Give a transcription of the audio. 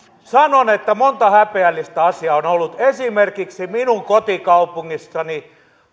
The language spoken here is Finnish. sanon että monta häpeällistä asiaa on ollut esimerkiksi minun kotikaupungissani